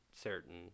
certain